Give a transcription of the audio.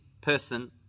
person